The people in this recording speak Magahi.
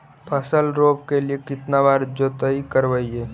फसल रोप के लिय कितना बार जोतई करबय?